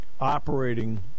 operating